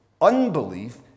unbelief